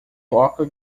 toca